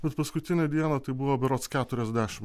bet paskutinę dieną tai buvo berods keturiasdešimt